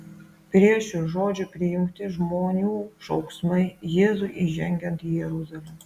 prie šių žodžių prijungti žmonių šauksmai jėzui įžengiant į jeruzalę